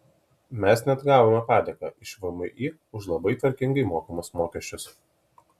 mes net gavome padėką iš vmi už labai tvarkingai mokamus mokesčius